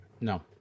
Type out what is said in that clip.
No